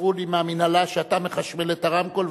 מסרו לי מהמינהלה שאתה מחשמל את הרמקול,